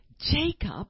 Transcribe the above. Jacob